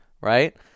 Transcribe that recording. right